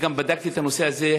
בדקתי את הנושא הזה.